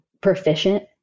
proficient